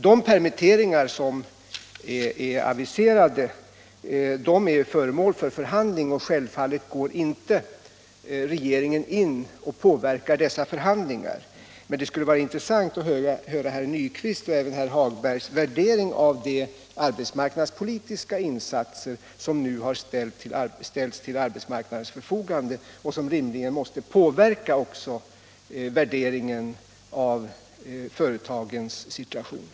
De permitteringar som aviserats är föremål för behandling, och självfallet går inte regeringen in och påverkar dessa förhandlingar. Men det skulle vara intressant att höra herr Nyquists — och även herr Hagbergs i Borlänge — värdering av de arbetsmarknadspolitiska insatser som nu måste påverka värderingen av företagens situation.